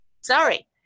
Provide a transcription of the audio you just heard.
sorry